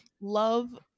love